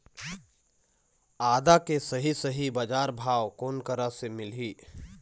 आदा के सही सही बजार भाव कोन करा से मिलही?